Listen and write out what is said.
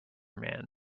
man